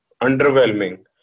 underwhelming